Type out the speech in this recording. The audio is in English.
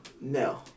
No